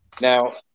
now